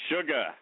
Sugar